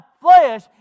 flesh